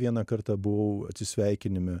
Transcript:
vieną kartą buvau atsisveikinime